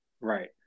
right